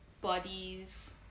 bodies